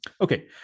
Okay